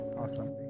Awesome